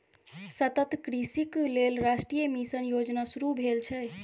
सतत कृषिक लेल राष्ट्रीय मिशन योजना शुरू भेल छै